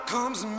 Comes